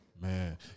Man